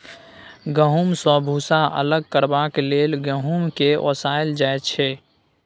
गहुँम सँ भुस्सा अलग करबाक लेल गहुँम केँ ओसाएल जाइ छै